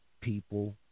people